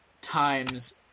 times